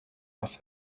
off